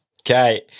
Okay